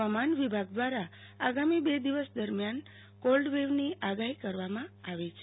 હવામાન વિભાગ દ્રારો આગામી બે દિવસ દરમ્યાન કોલ્ડવેવની આગાહી કરવામાં આવી છે